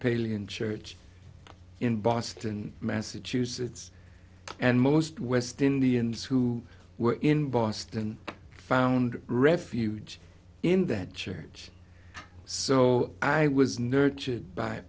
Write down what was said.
episcopalian church in boston massachusetts and most west indians who were in boston found refuge in that church so i was nurtured by